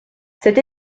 cette